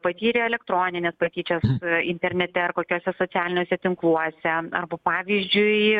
patyre elektronines patyčias internete ar kokiuose socialiniuose tinkluose arba pavyzdžiui